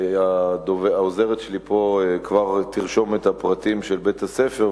העוזרת שלי פה כבר תרשום את הפרטים של בית-הספר,